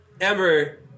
Ember